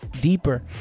deeper